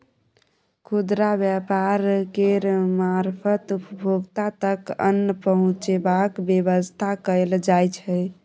खुदरा व्यापार केर मारफत उपभोक्ता तक अन्न पहुंचेबाक बेबस्था कएल जाइ छै